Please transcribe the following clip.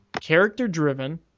character-driven